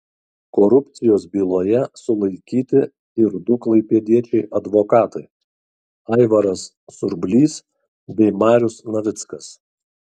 korupcijos byloje sulaikyti ir du klaipėdiečiai advokatai aivaras surblys bei marius navickas